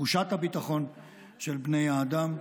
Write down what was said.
לתחושת הביטחון של בני האדם.